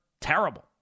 Terrible